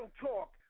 Talk